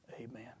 Amen